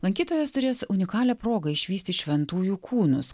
lankytojas turės unikalią progą išvysti šventųjų kūnus